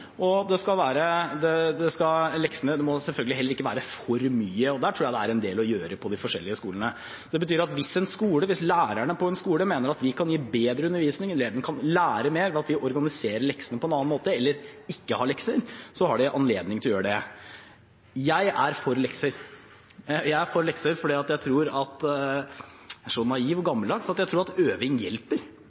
for mye – og der tror jeg det er en del å gjøre på de forskjellige skolene. Det betyr at hvis lærerne på en skole mener at de kan gi bedre undervisning, og at elevene kan lære mer ved at man organiserer leksene på en annen måte, eller ikke har lekser, har de anledning til å gjøre det. Jeg er for lekser. Jeg er for lekser fordi jeg er så naiv og gammeldags at jeg tror at øving hjelper.